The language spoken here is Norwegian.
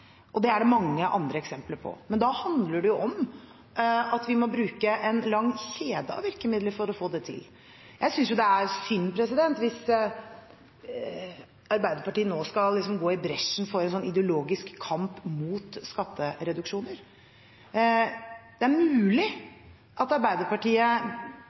Det er det mange andre eksempler på, men da handler det om at vi må bruke en lang kjede av virkemidler for å få det til. Jeg synes det er synd hvis Arbeiderpartiet nå liksom skal gå i bresjen for en ideologisk kamp mot skattereduksjoner. Det er mulig at Arbeiderpartiet